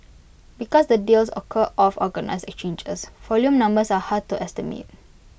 because the deals occur off organised exchanges volume numbers are hard to estimate